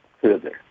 further